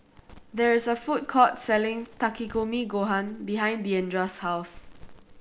there is a food court selling Takikomi Gohan behind Diandra's house